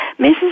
Mrs